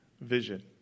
vision